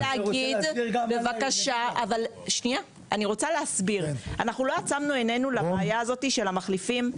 אנחנו לא עצמנו עינינו לבעיית המחליפים.